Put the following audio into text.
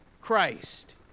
Christ